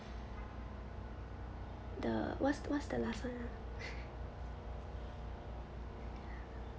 the what's what's the last one ah